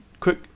Quick